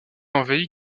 envahi